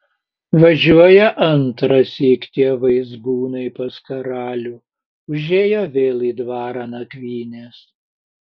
važiuoja antrąsyk tie vaizbūnai pas karalių užėjo vėl į dvarą nakvynės